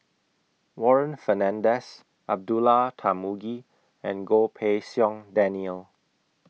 Warren Fernandez Abdullah Tarmugi and Goh Pei Siong Daniel